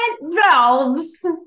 valves